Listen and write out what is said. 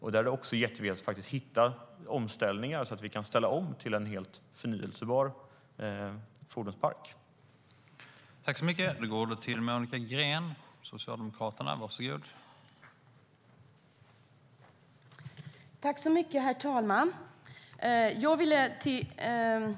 Det är också viktigt att hitta omställningar så att vi kan ställa om till en helt förnybar fordonspark.